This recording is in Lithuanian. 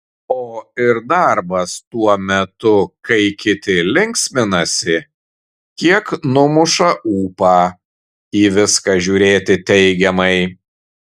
o ir darbas tuo metu kai kiti linksminasi kiek numuša ūpą į viską žiūrėti teigiamai